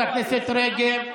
חברת הכנסת רגב.